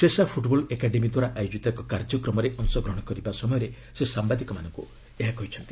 Sesa football ଏକାଡେମୀଦ୍ୱାରା ଆୟୋଜିତ ଏକ କାର୍ଯ୍ୟକ୍ରମରେ ଅଂଶଗ୍ରହଣ କରିବା ସମୟରେ ସେ ସାମ୍ବାଦିକମାନଙ୍କୁ ଏହା କହିଛନ୍ତି